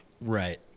right